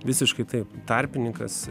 visiškai taip tarpininkas